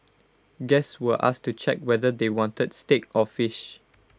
guests were asked to check whether they wanted steak or fish